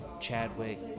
Chadwick